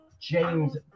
James